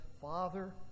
Father